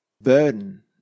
burden